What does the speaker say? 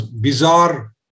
bizarre